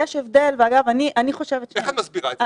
איך את מסבירה את זה?